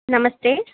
नमस्ते